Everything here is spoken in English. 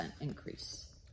increase